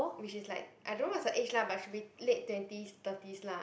which is like I don't know what's her age lah but should be late twenties thirties lah